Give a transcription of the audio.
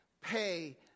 pay